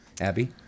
Abby